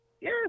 Yes